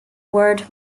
word